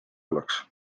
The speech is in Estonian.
oleks